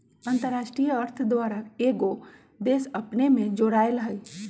अंतरराष्ट्रीय अर्थ द्वारा कएगो देश अपने में जोरायल हइ